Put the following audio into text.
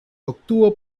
obtuvo